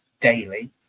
daily